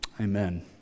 Amen